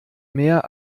mehr